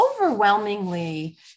overwhelmingly